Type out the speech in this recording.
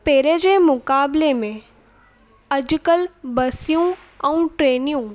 पहिरीं जे मुक़ाबले में अॼुकल्ह बसियूं ऐं ट्रेनियूं